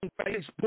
Facebook